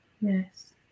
Yes